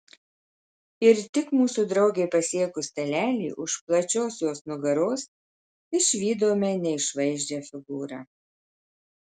ir tik mūsų draugei pasiekus stalelį už plačios jos nugaros išvydome neišvaizdžią figūrą